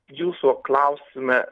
jūsų klausime